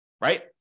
Right